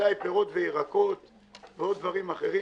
ובוודאי פירות וירקות ועוד דברים אחרים,